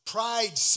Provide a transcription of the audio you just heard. Pride